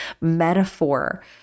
metaphor